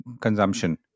consumption